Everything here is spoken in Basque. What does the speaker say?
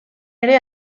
ere